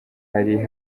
hari